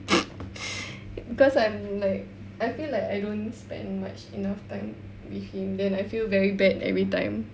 because I'm like I feel like I don't spend much enough time with him then I feel very bad every time